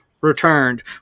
returned